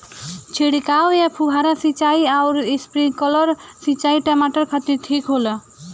छिड़काव या फुहारा सिंचाई आउर स्प्रिंकलर सिंचाई टमाटर खातिर ठीक होला?